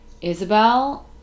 Isabel